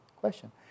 question